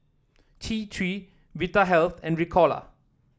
T Three Vitahealth and Ricola